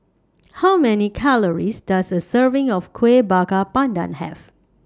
How Many Calories Does A Serving of Kueh Bakar Pandan Have